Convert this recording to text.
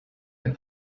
ein